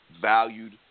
valued